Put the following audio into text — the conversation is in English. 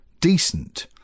decent